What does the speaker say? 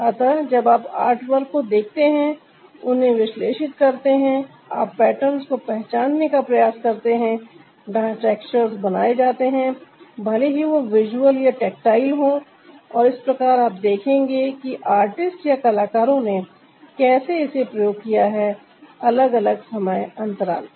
अतः जब आप आर्टवर्क को देखते हैं उन्हें विश्लेषित करते है आप पेटर्न्स को पहचानने का प्रयास करते हैं जहां टेक्सचर्स बनाए जाते हैं भले ही वह विजुअल या टेक्टाइल हों और इस प्रकार आप देखेंगे कि आर्टिस्ट या कलाकारों ने कैसे इसे प्रयोग किया हैअलग अलग समय अंतराल पर